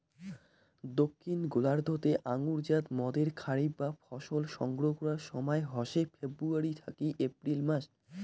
দক্ষিন গোলার্ধ তে আঙুরজাত মদের খরিফ বা ফসল সংগ্রহ করার সময় হসে ফেব্রুয়ারী থাকি এপ্রিল মাস